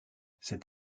cet